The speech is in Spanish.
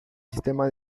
sistema